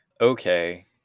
Okay